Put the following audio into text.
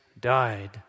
died